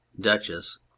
Duchess